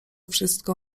wszystko